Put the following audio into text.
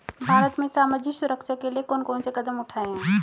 भारत में सामाजिक सुरक्षा के लिए कौन कौन से कदम उठाये हैं?